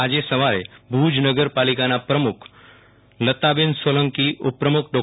આજે સવારે ભુજ નગરપાલિકાના પ્રમુખ લતાબેન સોલંકી ઉપપૂમખ ડો